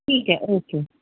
ٹھیک ہے اوکے